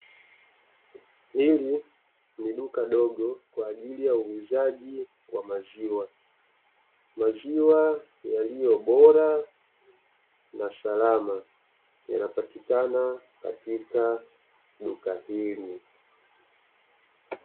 Hili ni duka dogo kwa ajili ya uuzaji wa maziwa, maziwa yaliyo bora na salama ya napatikana katika duka hili.